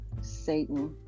Satan